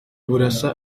burasa